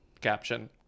caption